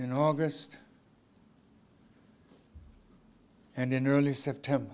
in august and in early september